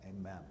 Amen